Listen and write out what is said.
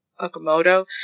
Okamoto